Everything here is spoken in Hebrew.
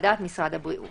את רואה שיהיה דבר כזה,